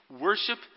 worship